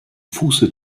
fuße